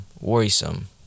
worrisome